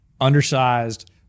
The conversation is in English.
Undersized